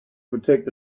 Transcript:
protect